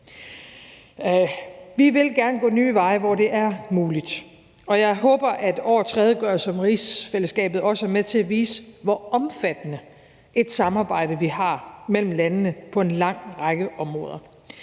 Vi vil gerne gå nye veje, hvor det er muligt, og jeg håber, at årets redegørelse om rigsfællesskabet også vil være med til at vise, hvor omfattende et samarbejde vi har mellem landene på en lang række områder.